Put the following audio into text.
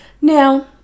now